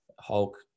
Hulk